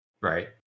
right